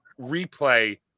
replay